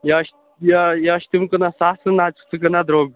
یا چھِ یا یا چھِ تِم کٕنان سستہٕ نَہ تہٕ چھُکھ ژٕ کٕنان درٛوٚگ